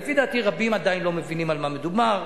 לדעתי רבים עדיין לא מבינים על מה מדובר,